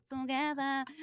together